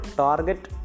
target